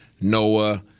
Noah